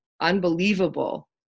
unbelievable